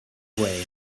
way